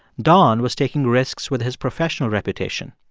don was taking risks with his professional reputation.